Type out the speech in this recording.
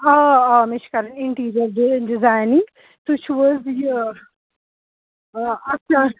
آ آ مےٚ چھِ کَرٕنۍ اِنٛٹیٖریر بیٚیہِ ڈِزاینِنٛگ تُہۍ چھُو حظ یہِ اچھا